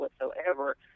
whatsoever